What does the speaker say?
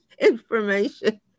information